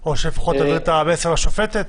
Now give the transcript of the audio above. זה נבדק, ואכן התברר שבמספר מאוד מצומצם,